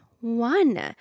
one